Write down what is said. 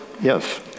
Yes